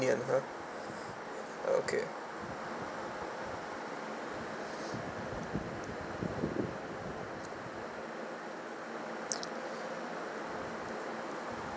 lean uh okay